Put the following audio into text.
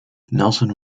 nelson